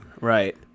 right